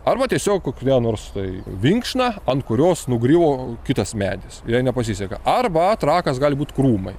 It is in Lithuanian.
arba tiesiog kokį ten nors tai vinkšna ant kurios nugrio kitas medis ir jai nepasiseka arba trakas gali būt krūmai